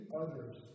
others